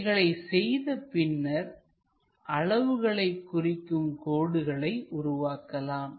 இவைகளை செய்த பின்னர் அளவுகளை குறிக்கும் கோடுகளை உருவாக்கலாம்